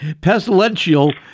pestilential